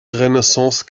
renaissance